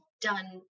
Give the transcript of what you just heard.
done